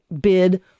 bid